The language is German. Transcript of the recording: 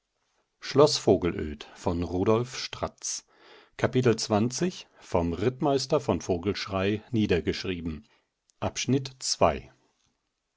vom rittmeister von vogelschrey niedergeschrieben